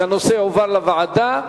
כלומר שהנושא יועבר לוועדה,